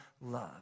love